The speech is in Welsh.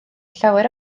llawer